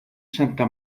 santa